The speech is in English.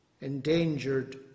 endangered